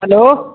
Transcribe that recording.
hello